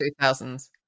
2000s